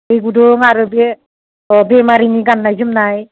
दै गुदुं आरो बे अ बेमारिनि गाननाय जोमनाय